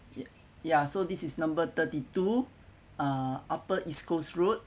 ya so this is number thirty-two uh upper east coast road